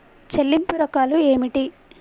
చెల్లింపు రకాలు ఏమిటి?